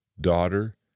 daughter